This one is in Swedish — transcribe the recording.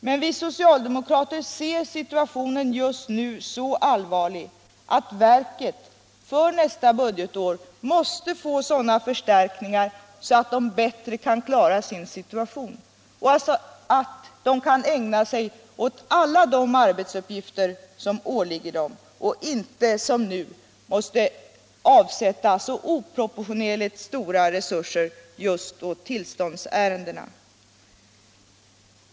Men vi socialdemokrater finner situationen just nu så allvarlig att vi menar, att verket för nästa budgetår måste få sådana förstärkningar att det bättre kan klara sin situation och kan ägna sig åt alla de arbetsuppgifter som åligger det utan att som nu tvingas avsätta så oproportionerligt stora resurser just åt tillståndsärendena.